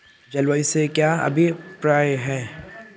जलवायु से क्या अभिप्राय है?